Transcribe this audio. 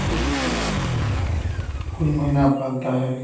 कोई तोता पालता है कोई मैना पालता है